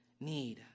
need